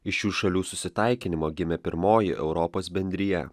iš šių šalių susitaikinimo gimė pirmoji europos bendrija